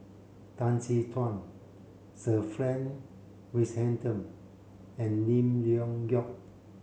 Tan Chin Tuan Sir Frank Swettenham and Lim Leong Geok